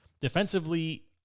Defensively